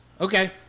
Okay